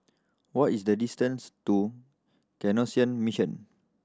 what is the distance to Canossian Mission